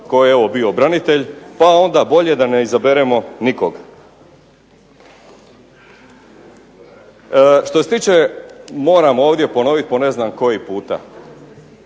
tko je evo bio branitelj, pa onda bolje da ne izaberemo nikog. Što se tiče, moram ovdje ponoviti po ne znam koji puta,